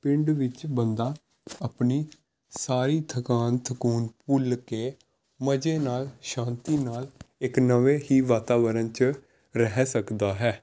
ਪਿੰਡ ਵਿੱਚ ਬੰਦਾ ਆਪਣੀ ਸਾਰੀ ਥਕਾਨ ਥਕੂਣ ਭੁੱਲ ਕੇ ਮਜ਼ੇ ਨਾਲ ਸ਼ਾਂਤੀ ਨਾਲ ਇੱਕ ਨਵੇਂ ਹੀ ਵਾਤਾਵਰਨ 'ਚ ਰਹਿ ਸਕਦਾ ਹੈ